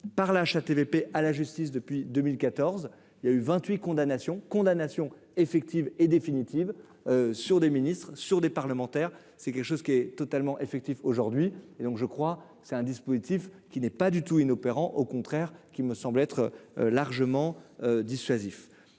par la HATVP à la justice depuis 2014 il y a eu 28 condamnation condamnation effective et définitive sur des ministres sur des parlementaires, c'est quelque chose qui est totalement effectif aujourd'hui et donc, je crois, c'est un dispositif qui n'est pas du tout inopérant au contraire qui me semble être largement dissuasif